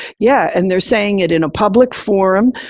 yeah. and they're saying it in a public forum,